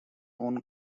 own